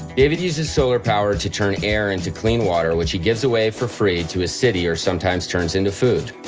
david uses solar power to turn air into clean water which he gives away for free to his city or sometimes turns into food.